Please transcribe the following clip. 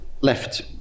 left